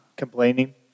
complaining